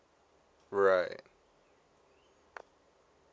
right